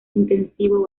intensivo